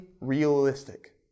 realistic